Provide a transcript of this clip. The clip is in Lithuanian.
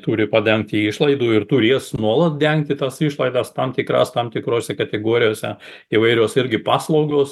turi padengti išlaidų ir turės nuolat dengti tas išlaidas tam tikras tam tikrose kategorijose įvairios irgi paslaugos